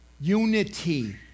unity